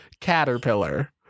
caterpillar